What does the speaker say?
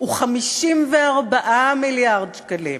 הוא 54 מיליארד שקלים,